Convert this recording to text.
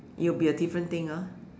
it would be a different thing orh